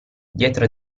dietro